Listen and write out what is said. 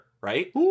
Right